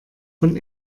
von